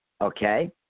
Okay